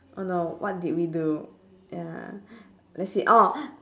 oh no what did we do ya let's see oh